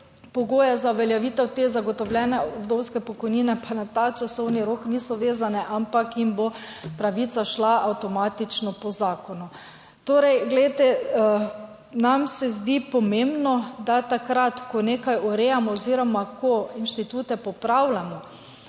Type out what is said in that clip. pogoje za uveljavitev te zagotovljene vdovske pokojnine, pa na ta časovni rok niso vezane, ampak jim bo pravica šla avtomatično po zakonu. Torej, glejte, nam se zdi pomembno, da takrat, ko nekaj urejamo oziroma ko inštitute popravljamo,